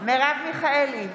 מרב מיכאלי,